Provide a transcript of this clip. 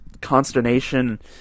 consternation